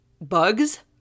bugs